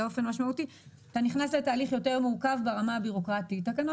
חוק סמכויות מיוחדות להתמודדות עם נגיף הקורונה,